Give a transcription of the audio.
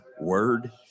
word